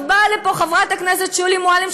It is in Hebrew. באה לפה חברת הכנסת שולי מועלם,